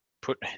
put